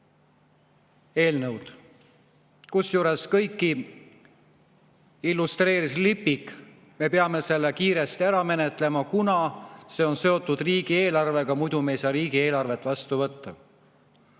eelnõu. Kusjuures kõiki illustreeris lipik "Me peame selle kiiresti ära menetlema, kuna see on seotud riigieelarvega ja muidu me ei saa riigieelarvet vastu võtta".